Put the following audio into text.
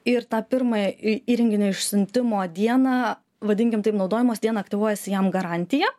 ir tą pirmąją įrenginio išsiuntimo dieną vadinkim taip naudojimosi dieną aktyvuojasi jam garantija